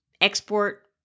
export